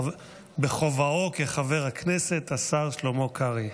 בכובעו כחבר כנסת, השר שלמה קרעי.